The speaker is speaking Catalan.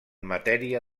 matèria